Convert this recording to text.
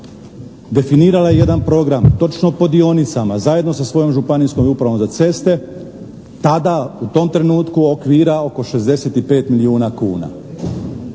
definirala je jedan program točno po dionicama zajedno sa svojom županijskom upravom za ceste. Tada u tom trenutku, okvira oko 65 milijuna kuna.